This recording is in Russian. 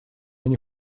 они